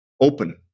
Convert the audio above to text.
open